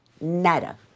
nada